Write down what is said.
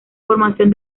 formación